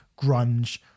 grunge